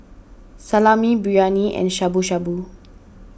Salami Biryani and Shabu Shabu